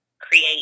create